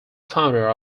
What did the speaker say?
founder